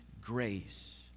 grace